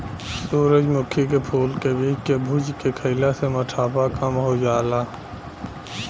सूरजमुखी के फूल के बीज के भुज के खईला से मोटापा कम हो जाला